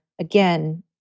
again